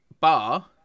bar